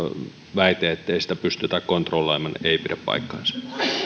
väite ettei sitä pystytä kontrolloimaan ei pidä paikkaansa